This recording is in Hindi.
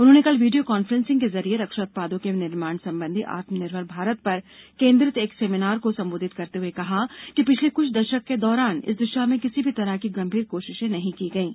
उन्होंने कल वीडियो कांफ्रेंसिंग के जरिए रक्षा उत्पादों के विनिर्माण संबंधी आत्म निर्भर भारत पर केन्द्रित एक सेमिनार को संबोधित करते हुए कहा कि पिछले कुछ दशक के दौरान इस दिषा में किसी भी तरह की गंभीर कोशिशें नहीं की गयीं